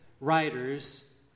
writers